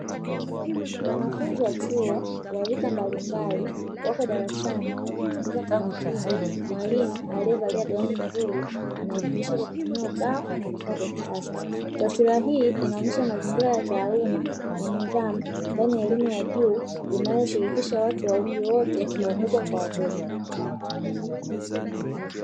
Wanafunzi wa chuo wa rika mbalimbali wako darasani, wakimsikiliza kwa makini, mwalimu aliyevalia gauni nzuri anayefundisha kwa kutumia ubao na vifaa vya kisasa, taswira hii inaonyesha mazingira ya taaluma na nidhamu ndani ya elimu ya juu, inayoshirikisha watu wa umri wote wakubwa kwa wadogo.